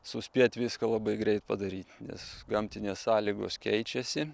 suspėt viską labai greit padaryt nes gamtinės sąlygos keičiasi